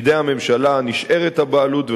בידי הממשלה נשארת הבעלות,